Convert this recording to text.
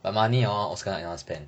but money hor also cannot anyhow spend